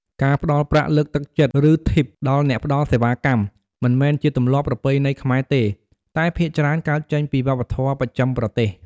ការផ្ដល់ប្រាក់លើកទឹកចិត្ត ឬធីបដល់អ្នកផ្ដល់សេវាកម្ម មិនមែនជាទម្លាប់ប្រពៃណីខ្មែរទេ តែភាគច្រើនកើតចេញពីវប្បធម៌បស្ចឹមប្រទេស។